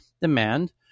demand